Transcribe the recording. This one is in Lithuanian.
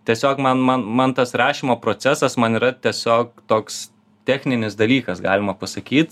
tiesiog man man man tas rašymo procesas man yra tiesiog toks techninis dalykas galima pasakyt